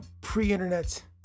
pre-internet